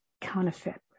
counterfeit